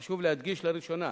חשוב להדגיש: לראשונה